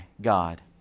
God